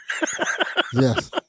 yes